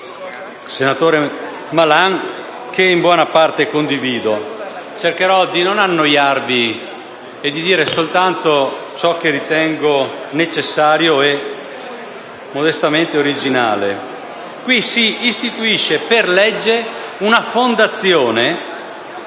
senatore Malan, che in buona parte condivido. Cercherò di non annoiarvi e di dire soltanto ciò che ritengo necessario e, modestamente, originale. Qui si istituisce per legge una fondazione